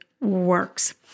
works